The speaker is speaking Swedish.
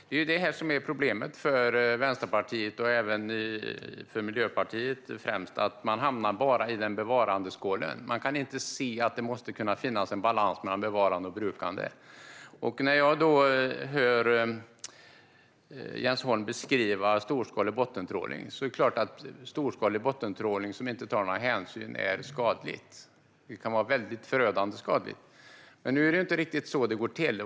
Fru talman! Det som är problemet främst för Vänsterpartiet och för Miljöpartiet är att de bara hamnar i bevarandeskålen. De kan inte se att det måste kunna finnas en balans mellan bevarande och brukande. Jens Holm beskriver storskalig bottentrålning. Det är klart att storskalig bottentrålning som inte tar några hänsyn är skadlig och kan vara förödande. Men det är inte riktigt så det går till.